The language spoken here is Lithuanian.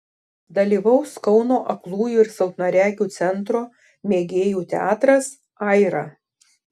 dalyvaus kauno aklųjų ir silpnaregių centro mėgėjų teatras aira